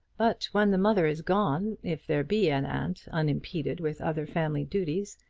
but when the mother is gone, if there be an aunt unimpeded with other family duties,